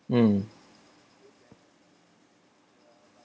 mm